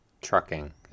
trucking